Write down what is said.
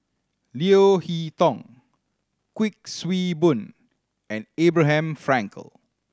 Leo Hee Tong Kuik Swee Boon and Abraham Frankel